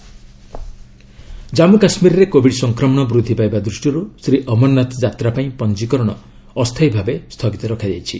ଅମରନାଥ ଯାତ୍ରା ଜାନ୍ମୁ କାଶ୍ମୀରରେ କୋବିଡ୍ ସଂକ୍ରମଣ ବୃଦ୍ଧି ପାଇବା ଦୃଷ୍ଟିରୁ ଶ୍ରୀ ଅମରନାଥ ଯାତ୍ରା ପାଇଁ ପଞ୍ଜିକରଣ ଅସ୍ଥାୟୀ ଭାବେ ସ୍ଥଗିତ ରଖାଯାଇଛି